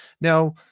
Now